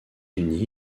unis